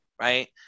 Right